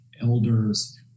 elders